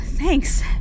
Thanks